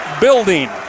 building